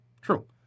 True